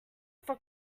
for